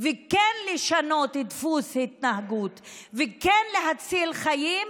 וכן לשנות דפוס התנהגות וכן להציל חיים,